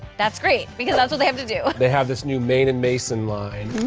that's great because that's what they have to do they have this new mane and mason line,